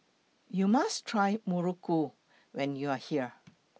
YOU must Try Muruku when YOU Are here